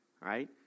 right